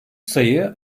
sayı